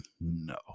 no